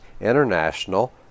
international